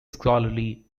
scholarly